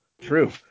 true